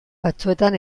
batzuetan